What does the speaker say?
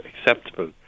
acceptable